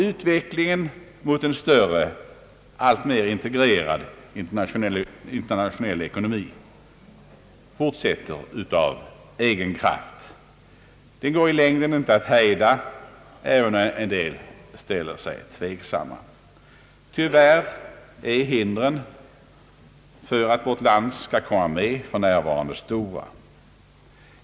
Utvecklingen mot en större, alltmer integrerad internationell ekonomi fortsätter av egen kraft. Den går inte i längden att hejda, även om en del ställer sig tveksamma. Tyvärr är hindren för att vårt land skall komma med i EEC för närvarande stora.